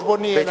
זה טור חשבוני.